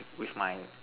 with my